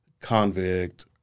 convict